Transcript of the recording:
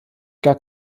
gar